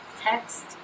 text